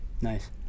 Nice